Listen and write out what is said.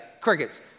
crickets